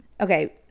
okay